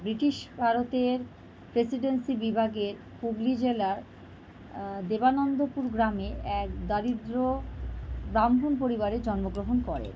British ভারতের presidency বিভাগের হুগলি জেলার দেবানন্দপুর গ্রামে এক দরিদ্র ব্রাহ্মণ পরিবারে জন্মগ্রহণ করেন